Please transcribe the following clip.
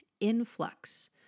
influx